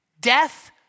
Death